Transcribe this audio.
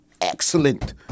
excellent